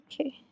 Okay